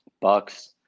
Bucks